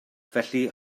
felly